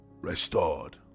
restored